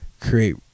create